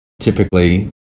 typically